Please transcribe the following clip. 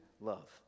love